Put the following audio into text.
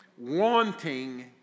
wanting